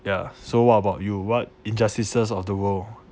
ya so what about you what injustices of the world